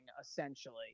essentially